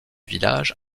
village